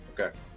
Okay